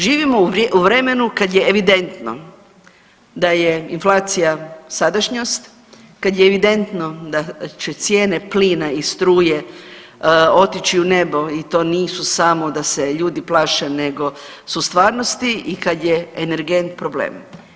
Živimo u vremenu kad je evidentno da je inflacija sadašnjost, kada je evidentno da će cijene plina i struje otići u nebo i to nisu samo da se ljudi plaše, nego su stvarnosti i kad je energent problem.